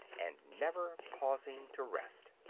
and never pausing to rest.